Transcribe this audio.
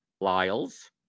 Lyles